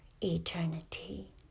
eternity